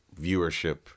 viewership